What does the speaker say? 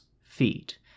feet